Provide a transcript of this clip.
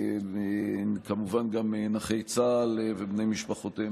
וכמובן גם נכי צה"ל ובני משפחותיהם,